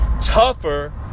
tougher